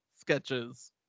Sketches